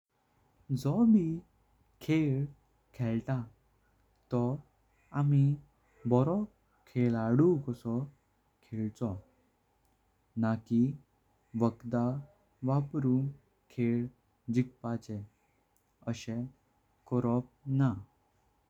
जो भी खेळ खेळता तो हमी बरो खेळाडु कशो खेळचो नाकी। वाखडलं वापरून खेळ जिकपाचे आसे करोप ना।